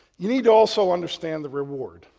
you need to also understand the reward,